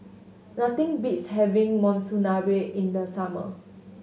nothing beats having Monsunabe in the summer